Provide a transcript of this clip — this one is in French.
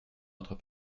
notre